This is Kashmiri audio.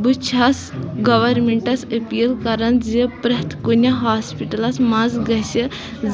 بہٕ چھَس گورمینٛٹس اپیٖل کران زِ پرٛٮ۪تھ کُنہِ ہوسپِٹلَس منٛز گژھِ